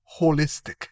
holistic